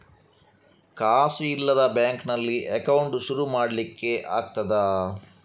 ಕಾಸು ಇಲ್ಲದ ಬ್ಯಾಂಕ್ ನಲ್ಲಿ ಅಕೌಂಟ್ ಶುರು ಮಾಡ್ಲಿಕ್ಕೆ ಆಗ್ತದಾ?